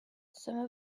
some